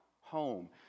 home